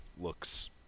looks